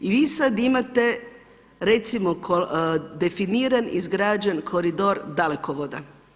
I vi sada imate recimo definiran, izgrađen koridor dalekovoda.